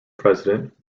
president